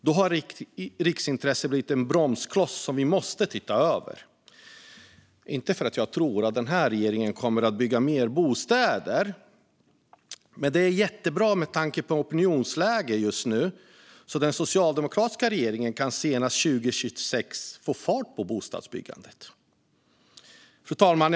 Då har riksintressena blivit en bromskloss som vi måste titta över - inte för att jag tror att denna regering kommer att bygga mer bostäder, men med tanke på opinionsläget just nu är det jättebra om en översyn görs, så att en socialdemokratisk regering senast 2026 kan få fart på bostadsbyggandet. Fru talman!